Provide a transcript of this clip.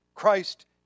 Christ